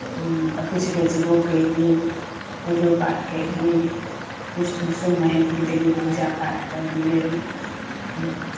आ कुछ बेचबो कयली पूजो पाठ कयली किछु दोसो महीमके देली पूजा पाठ करय लेल